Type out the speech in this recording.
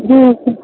हँ